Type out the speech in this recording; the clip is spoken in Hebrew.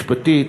משפטית.